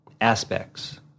aspects